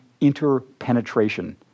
interpenetration